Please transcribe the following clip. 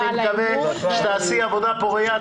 אני מקווה שתעשי עבודה פורייה.